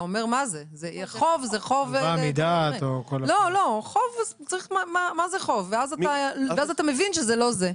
מה זה חוב, ואז אתה מבין שזה לא זה.